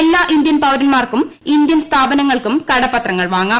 എല്ലാ ഇന്ത്യൻ പൌരൻമാർക്കും ഇന്ത്യൻ സ്ഥാപനങ്ങൾക്കും കടപ്പത്രങ്ങൾ വാങ്ങാം